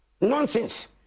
nonsense